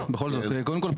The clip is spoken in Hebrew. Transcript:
קודם כל,